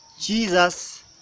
Jesus